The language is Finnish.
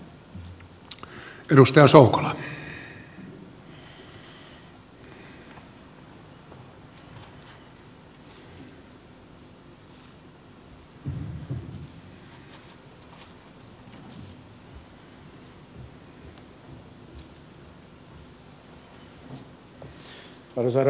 arvoisa herra puhemies